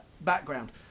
background